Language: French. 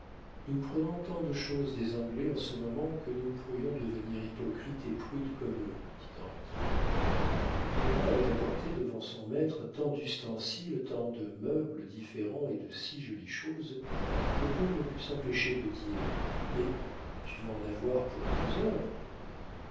nous prenons tant de choses des anglais en ce moment que nous pourrions devenir hypocrites et prudes comme eux dit henri laurent avait apporté devant son maître tant d'ustensiles tant de meubles différents et de si jolies choses que paul ne put s'empêcher de dire mais tu vas en avoir pour deux heures